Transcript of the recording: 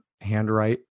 handwrite